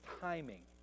timing